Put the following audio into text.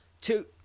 two